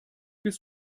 bist